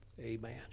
Amen